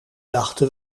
dachten